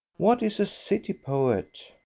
what is a city poet?